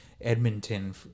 Edmonton